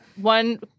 one